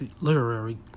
literary